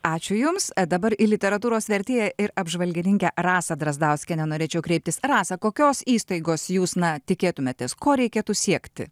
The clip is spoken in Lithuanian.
ačiū jums dabar į literatūros vertėją ir apžvalgininkę rasą drazdauskienę norėčiau kreiptis rasa kokios įstaigos jūs na tikėtumėtės ko reikėtų siekti